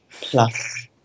plus